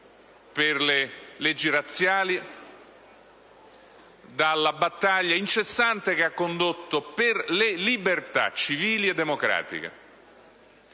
per le leggi razziali e dalla battaglia incessante che ha condotto per le libertà civili e democratiche.